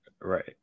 right